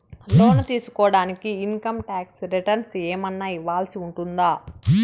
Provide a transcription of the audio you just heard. లోను తీసుకోడానికి income tax returns ఏమన్నా ఇవ్వాల్సి ఉంటుందా